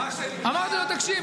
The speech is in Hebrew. אמרתי לו: תקשיב,